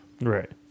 Right